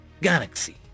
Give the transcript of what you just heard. galaxy